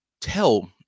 tell